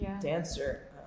dancer